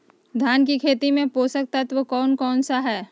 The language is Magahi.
धान की खेती में पोषक तत्व कौन कौन सा है?